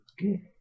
Okay